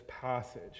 passage